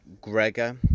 Gregor